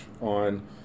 on